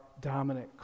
dominant